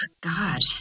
God